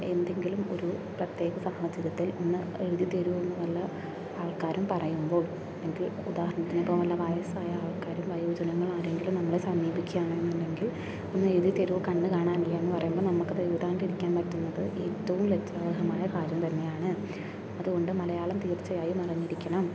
എന്തെങ്കിലും ഒരു പ്രത്യേക സാഹചര്യത്തിൽ ഒന്ന് എഴുതിത്തരുമോ എന്ന് വല്ല ആൾക്കാരും പറയുമ്പോൾ എങ്കിൽ ഉദാഹരണത്തിന് ഇപ്പോൾ വല്ല വയസ്സായ ആൾക്കാരും വയോജനങ്ങൾ ആരെങ്കിലും നമ്മളെ സമീപിക്കുകയാണെന്ന് ഉണ്ടെങ്കിൽ ഒന്ന് എഴുതിത്തരുമോ കണ്ണ് കാണാനില്ല എന്ന് പറയുമ്പോൾ നമുക്കത് എഴുതാണ്ടിരിക്കാൻ പറ്റുന്നത് ഏറ്റവും ലജ്ജാവഹമായ കാര്യം തന്നെയാണ് അതുകൊണ്ട് മലയാളം തീർച്ഛയായും അറിഞ്ഞിരിക്കണം